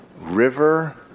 river